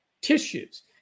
tissues